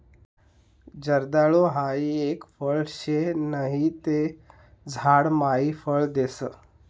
जर्दाळु हाई एक फळ शे नहि ते झाड मायी फळ देस